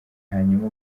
hanyuma